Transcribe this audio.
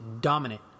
dominant